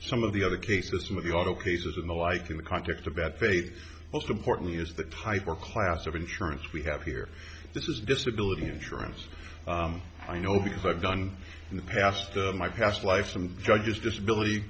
some of the other cases with the auto cases and the like in the context of bad faith most importantly is the type or class of insurance we have here this is disability insurance i know because i've done in the past my past life some judges disability